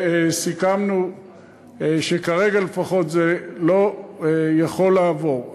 סיכמנו שכרגע, לפחות, זה לא יכול לעבור.